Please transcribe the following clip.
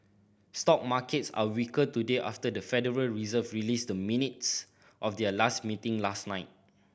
stock markets are weaker today after the Federal Reserve released the minutes of their last meeting last night